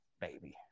baby